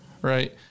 right